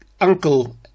uncle